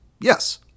Yes